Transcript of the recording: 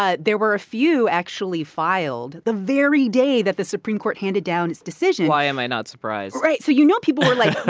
but there were a few actually filed the very day that the supreme court handed down its decision why am i not surprised? right. so you know people were, like,